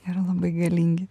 yra labai galingi